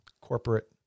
corporate